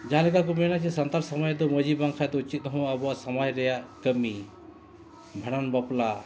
ᱡᱟᱦᱟᱸ ᱞᱮᱠᱟ ᱠᱚ ᱢᱮᱱᱟ ᱡᱮ ᱥᱟᱱᱛᱟᱲ ᱥᱚᱢᱟᱡᱽ ᱫᱚ ᱢᱟᱺᱡᱷᱤ ᱵᱟᱝᱠᱷᱟᱱ ᱫᱚ ᱪᱮᱫ ᱦᱚᱸ ᱟᱵᱚᱣᱟᱜ ᱥᱚᱢᱟᱡᱽ ᱨᱮᱱᱟᱜ ᱠᱟᱹᱢᱤ ᱵᱷᱟᱸᱰᱟᱱ ᱵᱟᱯᱞᱟ